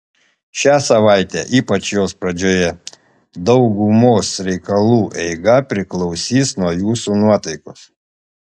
šią savaitę ypač jos pradžioje daugumos reikalų eiga priklausys nuo jūsų nuotaikos